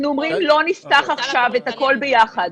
אנחנו אומרים: לא נפתח עכשיו את הכול ביחד.